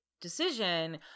decision